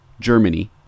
Germany